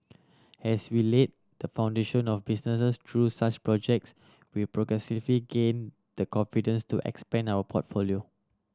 as we laid the foundation of businesses through such projects we progressively gain the confidence to expand our portfolio